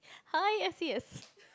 high S_E_S